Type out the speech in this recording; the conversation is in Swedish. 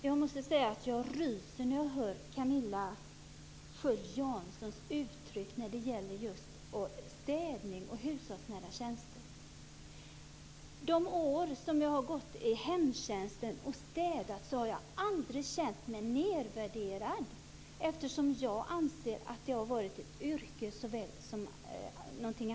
Fru talman! Jag ryser när jag hör Camilla Sköld Janssons uttryck när det gäller städning och hushållsnära tjänster. Under de år som jag har gått i hemtjänsten och städat har jag aldrig känt mig nedvärderad. Jag anser att det har varit ett yrke så gott som något.